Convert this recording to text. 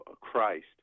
Christ